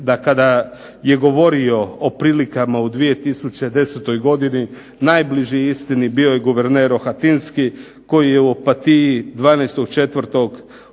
da kada je govorio o prilikama u 2010. godini najbliži istini bio je guverner Rohatinski koji je u Opatiji 12.4.